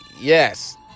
Yes